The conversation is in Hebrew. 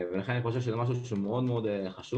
לכן אני חושב שזה משהו שהוא מאוד-מאוד חשוב.